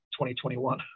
2021